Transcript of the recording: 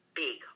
big